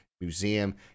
museum